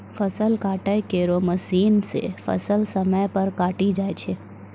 फसल काटै केरो मसीन सें फसल समय पर कटी जाय छै